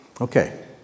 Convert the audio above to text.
Okay